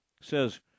says